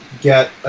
get